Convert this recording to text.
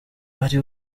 ari